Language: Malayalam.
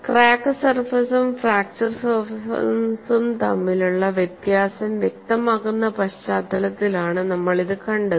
ക്രാക്ക് സർഫസും ഫ്രാക്ച്ചർ സർഫസും തമ്മിലുള്ള വ്യത്യാസം വ്യക്തമാക്കുന്ന പശ്ചാത്തലത്തിലാണ് നമ്മൾ ഇത് കണ്ടത്